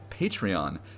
Patreon